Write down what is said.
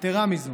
יתרה מזו,